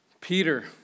Peter